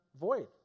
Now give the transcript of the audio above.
void